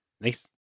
Nice